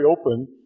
open